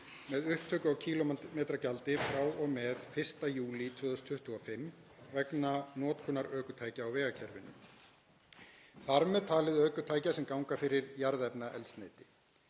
með upptöku á kílómetragjaldi frá og með 1. júlí 2025 vegna notkunar ökutækja á vegakerfinu, þ.m.t. ökutækja sem ganga fyrir jarðefnaeldsneyti.